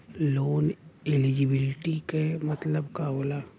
Loan eligibility का मतलब का होला?